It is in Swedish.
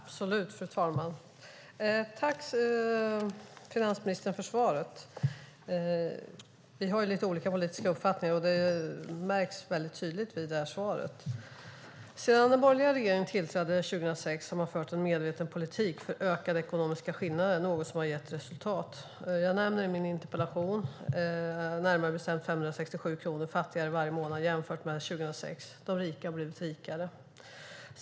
Fru talman! Tack, finansministern, för svaret. Vi har lite olika politiska uppfattningar. Det märks tydligt i svaret. Sedan den borgerliga regeringen tillträdde 2006 har man fört en medveten politik för ökade ekonomiska skillnader, något som har gett resultat. Jag nämner i min interpellation att de fattiga har blivit närmare 567 kronor fattigare varje månad, jämfört med 2006. De rika har blivit rikare.